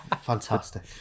Fantastic